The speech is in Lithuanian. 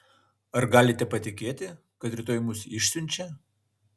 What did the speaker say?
ar galite patikėti kad rytoj mus išsiunčia